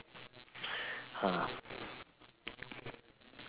oh